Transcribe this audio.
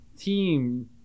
team